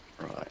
right